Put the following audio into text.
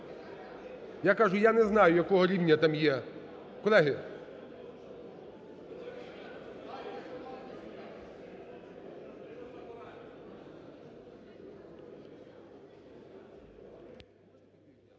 Я кажу, я не знаю, якого рівня там є… Колеги!